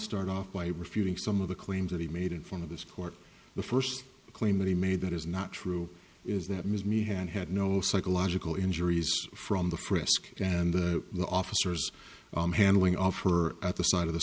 start off by refuting some of the claims that he made in front of this court the first claim that he made that is not true is that ms me had had no psychological injuries from the frisk and the officers handling of her at the side of the